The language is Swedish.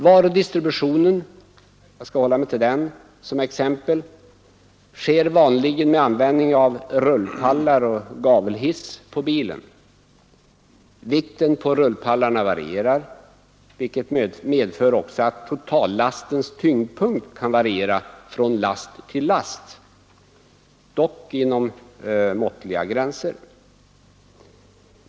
Varudistributionen — jag skall hålla mig till den som exempel — sker vanligen med användning av rullpallar och gavelhiss på bilen. Vikten på rullpallarna varierar, vilket medför att också totallastens tyngdpunkt kan variera från last till last — dock inom måttliga gränser.